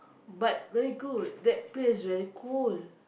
but very good that place very cool